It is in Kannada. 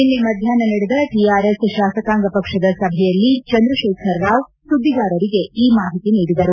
ನಿನ್ನೆ ಮಧ್ಯಾಹ್ನ ನಡೆದ ಟಆರ್ಎಸ್ ಶಾಸಕಾಂಗ ಪಕ್ಷದ ಸಭೆಯಲ್ಲಿ ಚಂದ್ರತೇಖರ ರಾವ್ ಸುದ್ವಿಗಾರರಿಗೆ ಈ ಮಾಹಿತಿ ನೀಡಿದರು